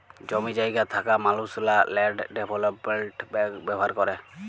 জমি জায়গা থ্যাকা মালুসলা ল্যান্ড ডেভলোপমেল্ট ব্যাংক ব্যাভার ক্যরে